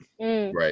Right